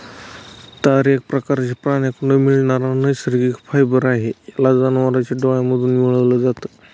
तार एक प्रकारचं प्राण्यांकडून मिळणारा नैसर्गिक फायबर आहे, याला जनावरांच्या डोळ्यांमधून मिळवल जात